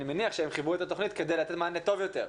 אני מניח שהם חיברו את התכנית כדי לתת מענה טוב יותר.